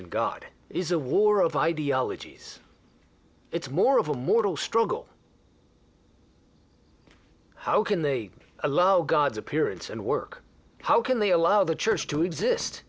of god it is a war of ideologies it's more of a moral struggle how can they allow god's appearance and work how can they allow the church to exist